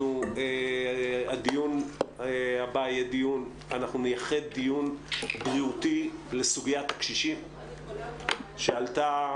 אנחנו נייחד דיון בריאותי לסוגיית הקשישים שעלתה